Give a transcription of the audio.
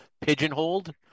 pigeonholed